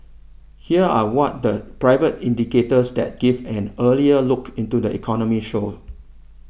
here are what the private indicators that give an earlier look into the economy show